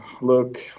Look